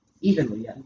Evenly